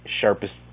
sharpest